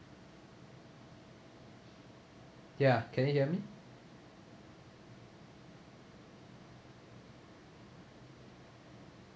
ya can you hear me